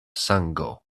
sango